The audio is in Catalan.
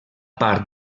part